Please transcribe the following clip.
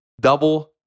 double